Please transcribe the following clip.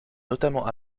notamment